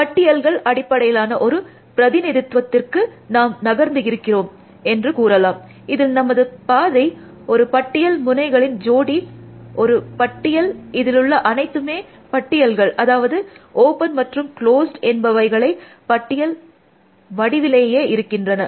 பட்டியல்கள் அடிப்படையிலான ஒரு பிரதிநிதித்துவத்திற்கு நாம் நகர்ந்து இருக்கிறோம் என்று கூறலாம் இதில் நமது பாதை ஒரு பட்டியல் முனைகளின் ஜோடி ஒரு பட்டியல் இதிலுள்ள அனைத்துமே பட்டியல்கள் அதாவது ஓப்பன் மற்றும் க்ளோஸ்ட் என்பவைகளை பட்டியல் வடிவிலேயே இருக்கின்றன